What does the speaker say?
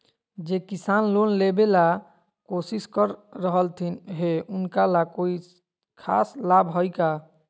जे किसान लोन लेबे ला कोसिस कर रहलथिन हे उनका ला कोई खास लाभ हइ का?